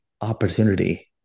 opportunity